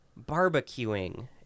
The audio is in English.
barbecuing